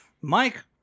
Mike